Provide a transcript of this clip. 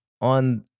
on